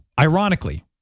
ironically